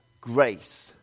grace